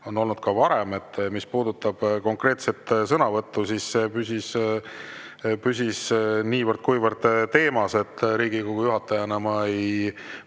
olnud ka varem. Mis puudutab konkreetset sõnavõttu, siis see püsis niivõrd-kuivõrd teemas. Riigikogu juhatajana ma ei